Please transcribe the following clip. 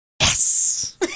Yes